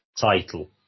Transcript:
title